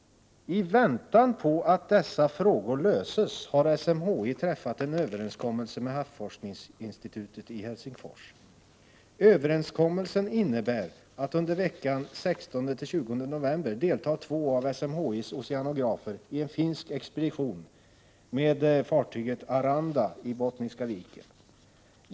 ——— I väntan på att dessa frågor löses har SMHI träffat en överenskommelse med Havsforskningsinstitutet i Helsingfors. Överenskommelsen innebär att under veckan 16-20 november deltar två av SMHT's oceanografer i en finsk expedition med U/F Aranda i Bottniska viken.